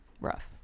rough